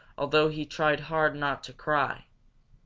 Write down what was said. although he tried hard not to cry.